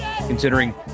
considering